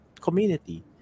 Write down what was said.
community